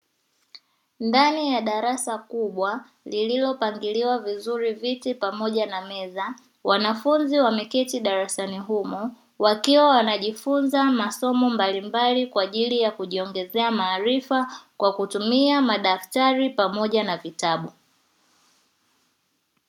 Ndani ya darasa kubwa, lililopangiliwa vizuri viti pamoja na meza. Wanafunzi wameketi darasani humo, wakiwa wanajifunza masomo mbalimbali, kwa ajili ya kujiongezea maarifa kwa kutumia madaftari pamoja na vitabu.